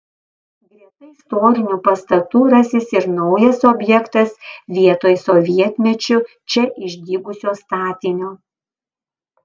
greta istorinių pastatų rasis ir naujas objektas vietoj sovietmečiu čia išdygusio statinio